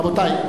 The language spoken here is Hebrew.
רבותי.